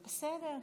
בסדר.